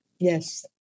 Yes